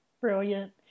Brilliant